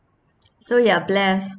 so you are blessed